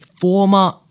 former